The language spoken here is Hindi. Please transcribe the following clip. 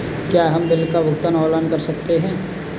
क्या हम बिल का भुगतान ऑनलाइन कर सकते हैं?